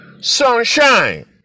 sunshine